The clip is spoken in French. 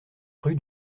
rue